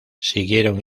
siguieron